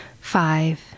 Five